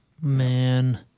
Man